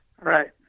Right